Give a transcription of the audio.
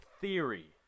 theory